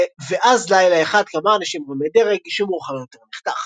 ו-"ואז לילה אחד כמה אנשים רמי דרג..." שמאוחר יותר נחתך.